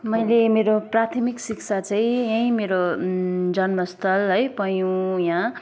मैले मेरो प्राथमिक शिक्षा चाहिँ यहीँ मेरो जन्मस्थल है पैयुँ यहाँ